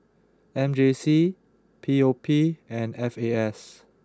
M J C P O P and F A S